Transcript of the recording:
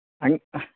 ಹಂಗೆ